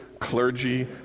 clergy